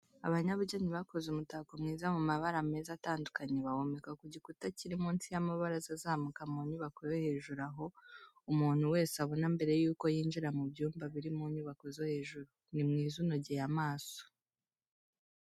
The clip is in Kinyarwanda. Abanyabugeni bakoze umutako mwiza mu mabara meza atandukanye bawomeka ku gikuta kiri munsi y'amabaraza azamuka mu nyubako yo hejuru aho, umuntu wese awubona mbere y'uko yinjira mu byumba biri mu nyubako zo hejuru. Ni mwiza unogeye amaso.